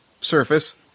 surface